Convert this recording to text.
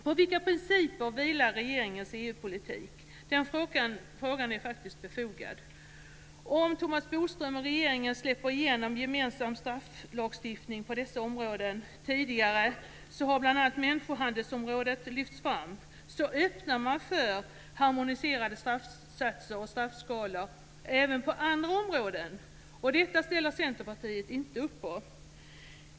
På vilka principer vilar regeringens EU-politik? Den frågan är faktiskt befogad. Om Thomas Bodström och regeringen släpper igenom gemensam strafflagstiftning på dessa områden - tidigare har bl.a. människohandelsområdet lyfts fram - öppnar man för harmoniserade straffsatser och straffskalor även på andra områden. Detta ställer Centerpartiet inte upp på.